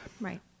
Right